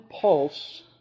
pulse